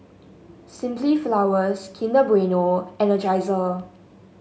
Simply Flowers Kinder Bueno Energizer